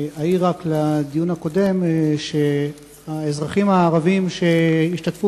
אעיר רק לדיון הקודם שהאזרחים הערבים שהשתתפו